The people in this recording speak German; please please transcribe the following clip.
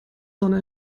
sonne